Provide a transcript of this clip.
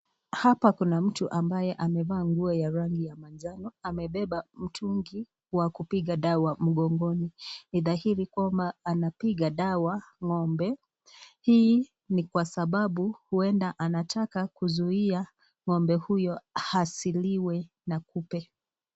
Hapa kuna mtu ambaye amevaa nguo ya rangi ya manjano, amebeba mtungi wa kupiga dawa mgongoni ni dhairi kwamba anapiga dawa ng'ombe. Hii ni kwa sababu ueda anataka kuzuia ng'ombe huyo hasiliwe na kupe.